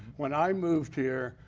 when i moved here,